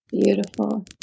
beautiful